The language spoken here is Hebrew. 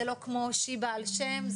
זה לא כמו שיבא על שם,